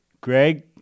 Greg